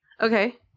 Okay